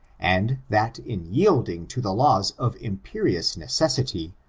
and that in yielding to the laws of impe rious necessity,